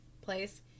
place